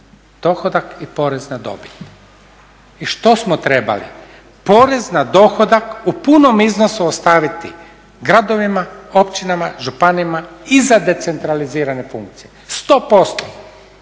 dohodak i porez na dobit. I što smo trebali? Porez na dohodak u punom iznosu ostaviti gradovima, općinama, županijama i za decentralizirane funkcije, 100%.